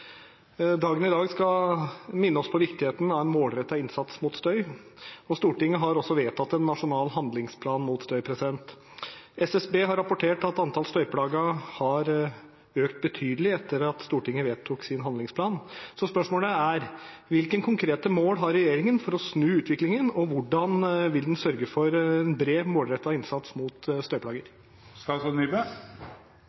viktigheten av en målrettet innsats mot støy. Stortinget har vedtatt en nasjonal handlingsplan mot støy. SSB har rapportert at antall støyplagede etter dette har økt betydelig. Hvilke konkrete mål har regjeringen for å snu utviklingen, og hvordan vil den sørge for en bred, målrettet innsats mot